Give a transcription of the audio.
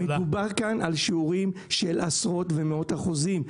מדובר כאן על שיעורים של עשרות ומאות אחוזים,